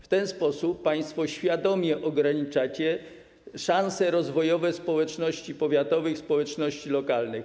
W ten sposób państwo świadomie ograniczacie szanse rozwojowe społeczności powiatowych, społeczności lokalnych.